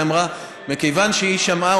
היא אמרה שמכיוון שהיא שמעה,